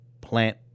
plant